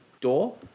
door